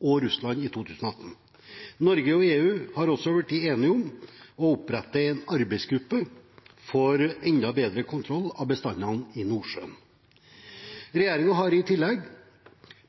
og Russland i 2018. Norge og EU har også blitt enige om å opprette en arbeidsgruppe for enda bedre kontroll av bestandene i Nordsjøen. Regjeringen har i tillegg